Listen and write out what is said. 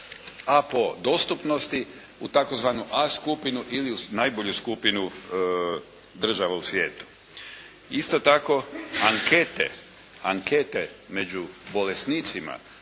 a po dostupnosti u tzv. A skupinu ili najbolju skupinu država u svijetu. Isto tako ankete među bolesnicima